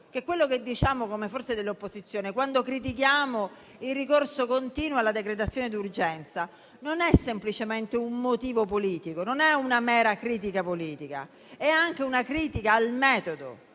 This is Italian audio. che quello che diciamo come forze dell'opposizione quando critichiamo il ricorso continuo alla decretazione d'urgenza non ha semplicemente una ragione politica e non è una mera critica politica, ma è anche una critica a questo